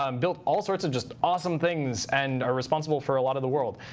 um built all sorts of just awesome things and are responsible for a lot of the world.